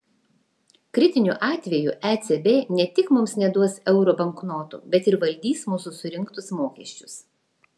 kritiniu atveju ecb ne tik mums neduos euro banknotų bet ir valdys mūsų surinktus mokesčius